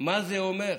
מה זה אומר.